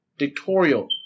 Dictorial